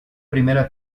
primera